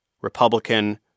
Republican